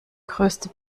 größte